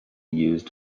used